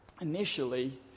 initially